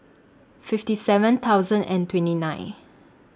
fifty seven thousand and twenty nine